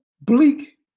bleak